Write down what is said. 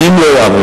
ואם לא יעביר?